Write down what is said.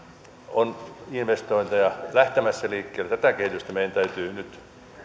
on investointeja lähtemässä liikkeelle tätä kehitystä meidän täytyy nyt